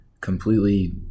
completely